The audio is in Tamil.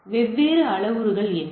வெவ்வேறு அளவுருக்கள் என்ன